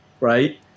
right